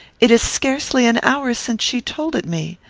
it is scarcely an hour since she told it me.